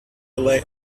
lay